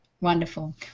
Wonderful